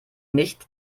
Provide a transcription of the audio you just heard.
nicht